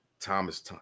Thomas